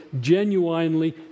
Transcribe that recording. genuinely